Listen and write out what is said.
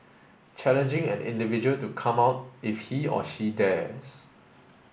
challenging an individual to 'come out' if he or she dares